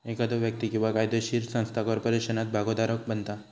एखादो व्यक्ती किंवा कायदोशीर संस्था कॉर्पोरेशनात भागोधारक बनता